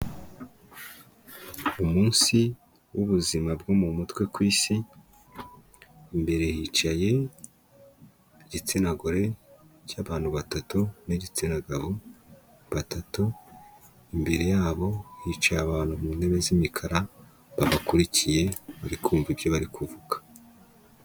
Umunsi w'ubuzima bwo mu mutwe ku Isi, imbere hicaye igitsina gore cy'abantu batatu n'igitsina gabo batatu, imbere yabo hicaye abantu mu ntebe z'imikara babakurikiye, bari kumva ibyo bari kuvuga.